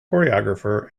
choreographer